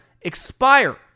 expire